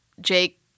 Jake